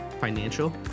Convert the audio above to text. financial